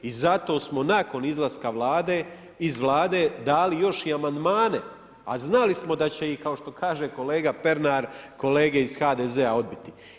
I zato smo nakon izlaska iz Vlade dali još i amandmane, a znali smo da će i kao što kaže kolega Pernar, kolege iz HDZ-a odbiti.